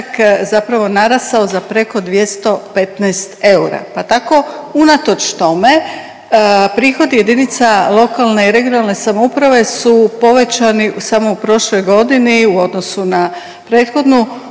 zapravo narasao za preko 215 eura pa tako unatoč tome, prihodi jedinica lokalne i regionalne samouprave su povećani samo u prošloj godini u odnosu na prethodnu